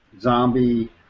zombie